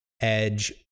edge